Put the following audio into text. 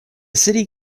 city